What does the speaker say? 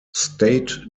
state